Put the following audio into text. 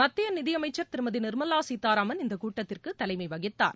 மத்திய நிதியமைச்சர் திருமதி நிர்மலா சீத்தாராமன் இந்தக் கூட்டத்திற்கு தலைமை வகித்தார்